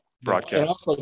broadcast